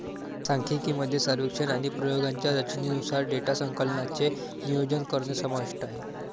सांख्यिकी मध्ये सर्वेक्षण आणि प्रयोगांच्या रचनेनुसार डेटा संकलनाचे नियोजन करणे समाविष्ट आहे